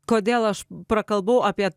kodėl aš prakalbau apie